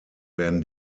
werden